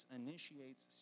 initiates